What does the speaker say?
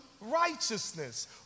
righteousness